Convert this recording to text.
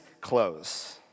clothes